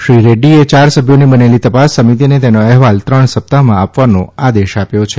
શ્રી રેડ્ડીએ ચાર સભ્યોની બનેલી તપાસ સમિતીને તેનો અહેવાલ ત્રણ સપ્તાહમાં આપવાનો આદેશ આપ્યો છે